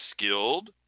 skilled